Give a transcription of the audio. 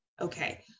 Okay